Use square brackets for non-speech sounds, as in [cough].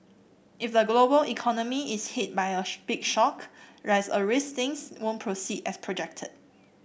if the global economy is hit by a [unintelligible] big shock there's a risk things won't proceed as projected